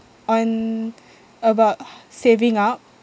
on about saving up